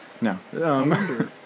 No